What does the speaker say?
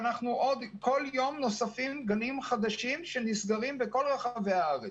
כל יום נוספים גנים שנסגרים בכל רחבי הארץ,